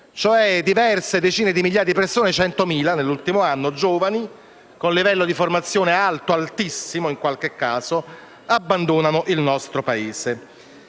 mesi: diverse decine di migliaia di giovani (100.000 nell'ultimo anno) con livello di formazione alto, altissimo in qualche caso, abbandonano il nostro Paese.